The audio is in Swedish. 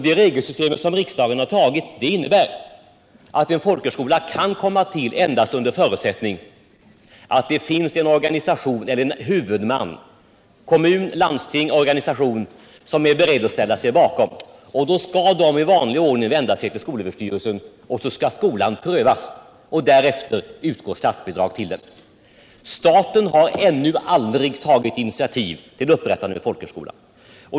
Det regelsystem som riksdagen har antagit innebär att en folkhögskola kan komma till endast under förutsättning att det finns en huvudman —- kommun, landsting eller organisation — som är beredd att ställa sig bakom. Huvudmannen har att vända sig till skolöverstyrelsen för att få skolan prövad, och därefter utgår statsbidrag till den. Staten har ännu aldrig tagit initiativ till inrättande av en folkhögskola.